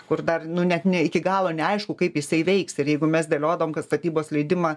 kur dar net ne iki galo neaišku kaip jisai veiks ir jeigu mes dėliodavom kad statybos leidimą